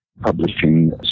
publishing